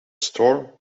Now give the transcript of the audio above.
store